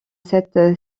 cette